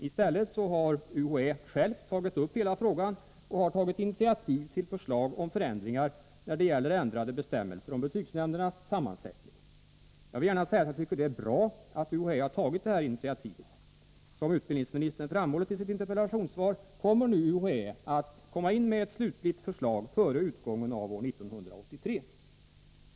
I stället har universitetsoch högskoleämbetet självt aktualiserat hela frågan och tagit initiativ till förslag om ändrade bestämmelser för betygsnämndernas sammansättning. Jag vill gärna säga att jag tycker att det är bra att UHÄ har tagit det här initiativet. Som utbildningsministern framhållit i sitt interpellationssvar skall nu UHÄ komma in med ett slutligt förslag före utgången av 1983.